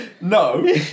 No